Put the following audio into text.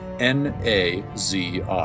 NAZI